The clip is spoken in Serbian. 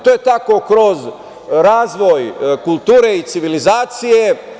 To je tako kroz razvoj kulture i civilizacije.